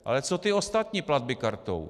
Ale co ty ostatní platby kartou?